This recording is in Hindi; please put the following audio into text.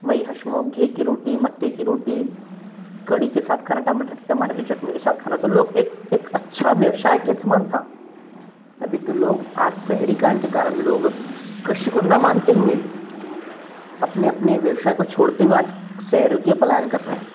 वहीं घी की रोटी मक्के की रोटी कढ़ी के साथ खाना टामाटर के टमाटर की चटनी के साथ खाना तो लोग एक एक अच्छा व्यवसाय के समान था अभी तो लोग आज शहरीकरण के कारण लोग कृषि को ना मानते हुए अपने अपने व्यवसाय को छोड़ते हुए आज शहरों की ओर पलायन कर रहे हैं